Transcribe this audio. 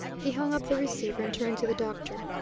he hung up the receiver and turned to the doctor.